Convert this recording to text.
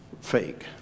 fake